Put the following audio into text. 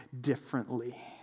differently